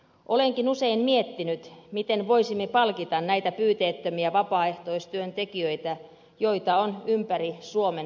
olenkin usein miettinyt miten voisimme palkita näitä pyyteettömiä vapaaehtoistyöntekijöitä joita on ympäri suomen todella paljon